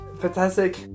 fantastic